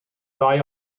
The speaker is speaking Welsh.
ddau